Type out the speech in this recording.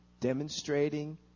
demonstrating